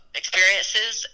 experiences